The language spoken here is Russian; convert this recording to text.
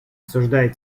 осуждает